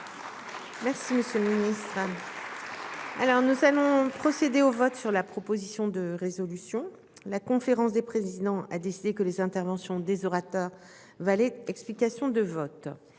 je vous remercie. Alors nous allons. Procéder au vote sur la proposition de résolution, la conférence des présidents, a décidé que les interventions des orateurs Valais. Explications de vote.